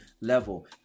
level